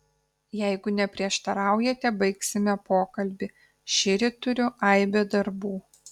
jeigu neprieštaraujate baigsime pokalbį šįryt turiu aibę darbų